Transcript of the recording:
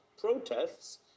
protests